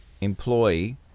employee